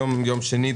היום יום שני,